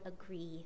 agree